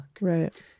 Right